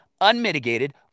unmitigated